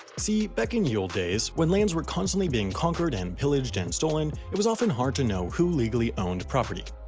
see, back in ye olde days, when lands were constantly being conquered and pillaged and stolen, it was often hard to know who legally owned property.